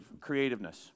creativeness